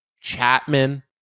Chapman